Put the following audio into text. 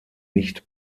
nicht